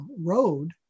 road